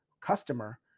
customer